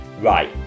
Right